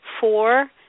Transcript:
four